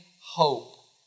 hope